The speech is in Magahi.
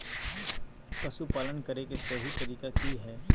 पशुपालन करें के सही तरीका की हय?